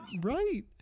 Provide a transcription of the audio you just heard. right